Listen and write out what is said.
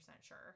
sure